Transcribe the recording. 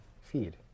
feed